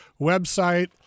website